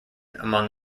among